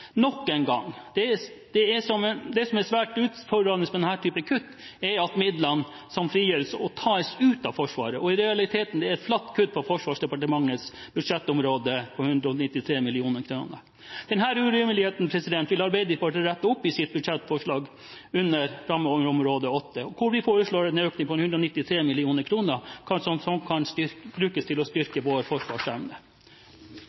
som er svært utfordrende med denne typen kutt, er at midlene som frigjøres, tas ut av Forsvaret, i realiteten er det et flatt kutt på Forsvarsdepartementets budsjettområde på 193 mill. kr. Denne urimeligheten vil Arbeiderpartiet rette opp i sitt budsjettforslag under rammeområde 8, hvor vi foreslår en økning på 193 mill. kr som kan brukes til å styrke vår forsvarsevne.